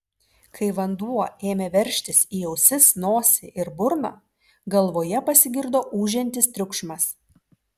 kai vanduo ėmė veržtis į ausis nosį ir burną galvoje pasigirdo ūžiantis triukšmas